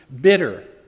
bitter